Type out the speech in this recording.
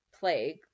plague